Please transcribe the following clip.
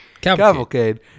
Cavalcade